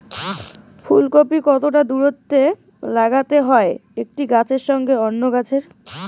ফুলকপি কতটা দূরত্বে লাগাতে হয় একটি গাছের সঙ্গে অন্য গাছের?